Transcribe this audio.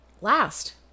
Last